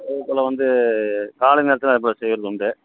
அதே போல் வந்து காலை நேரத்தில் செய்வது உண்டு